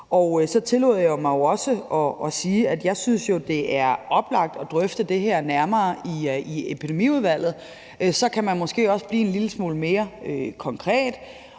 jo synes, det er oplagt at drøfte det her nærmere i Epidemiudvalget, for så kan man måske også blive en lille